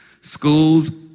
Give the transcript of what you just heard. Schools